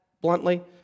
bluntly